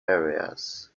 areas